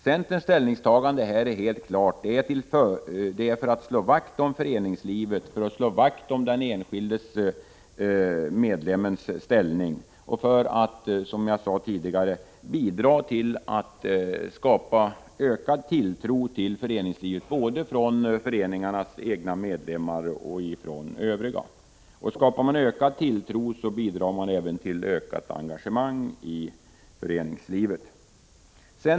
Centerns ställningstagande är helt klart, nämligen att vi vill slå vakt om föreningslivet och om den enskilde medlemmens ställning samt, som jag sade tidigare, bidra till att skapa ökad tilltro till föreningslivet både från föreningarnas egna medlemmar och från övriga. Skapar man ökad tilltro bidrar man även till ökat engagemang i föreningslivet.